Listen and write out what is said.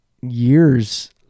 years